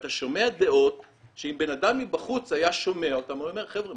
ואתה שומע דעות שאם בן אדם מבחוץ היה שומע אותן היה אומר: חבר'ה,